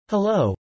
Hello